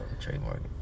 trademark